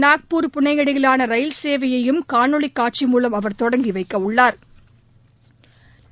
நாக்பூர் புனே இடையிலான ரயில் சேவையயும் காணொலி காட்சி மூலம் அவர் தொடங்கி வைக்க உள்ளா்